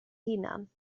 hunan